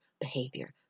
behavior